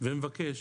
ומבקש